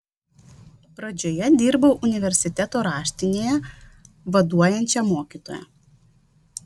pradžioje dirbau universiteto raštinėje vaduojančia mokytoja